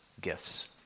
gifts